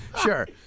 Sure